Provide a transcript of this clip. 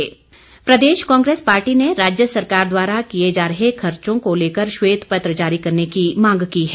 कांग्रेस प्रदेश कांग्रेस पार्टी ने राज्य सरकार द्वारा किए जा रहे खर्चों को लेकर श्वेत पत्र जारी करने की मांग की है